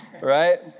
right